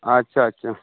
ᱟᱪᱪᱷᱟ ᱟᱪᱪᱷᱟ